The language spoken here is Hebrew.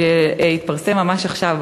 שהתפרסם ממש עכשיו,